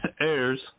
airs